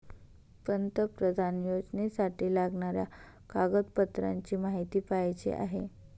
पंतप्रधान योजनेसाठी लागणाऱ्या कागदपत्रांची माहिती पाहिजे आहे